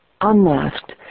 Unmasked